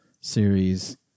series